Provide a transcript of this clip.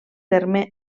terme